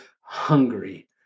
hungry